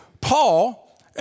Paul